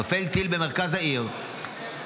נופל טיל במרכז העיר,